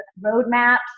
roadmaps